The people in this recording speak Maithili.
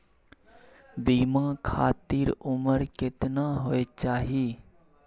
बीमा खातिर उमर केतना होय चाही?